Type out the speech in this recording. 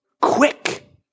Quick